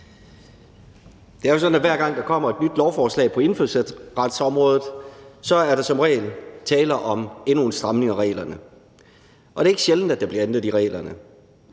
Det er jo sådan, at hver gang der kommer et nyt forslag på indfødsretsområdet, er der som regel tale om endnu en stramning af reglerne. Det er ikke sjældent, der bliver ændret i reglerne.